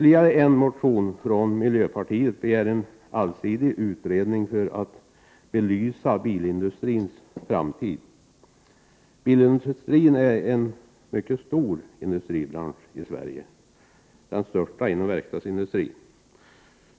I en motion från miljöpartiet begärs en allsidig utredning för att belysa bilindustrins framtid. Bilindustrin är en mycket stor industribransch i Sverige, den största inom verkstadsindustrin.